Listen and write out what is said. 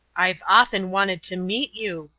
i've often wanted to meet you,